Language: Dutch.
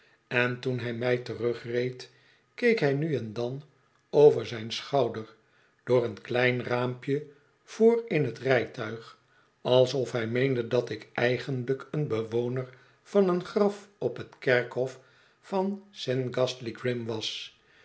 en toen hij mij terugreed keek hij nu en dan over zijn schouder door een klein raampje voor in t rijtuig alsof hij meende dat ik eigenlijk een bewoner van een graf op t kerkhof van saint ghastly g rim was